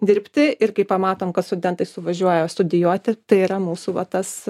dirbti ir kai pamatom kad studentai suvažiuoja studijuoti tai yra mūsų va tas